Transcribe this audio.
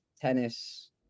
Tennis